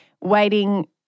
waiting